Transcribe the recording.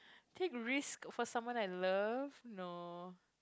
take risk for someone I loved no